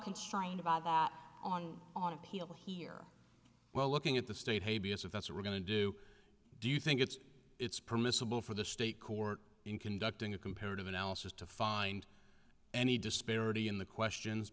constrained by that on on appeal here well looking at the state hey b s if that's what we're going to do do you think it's it's permissible for the state court in conducting a comparative analysis to find any disparity in the questions